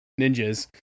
ninjas